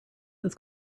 this